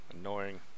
Annoying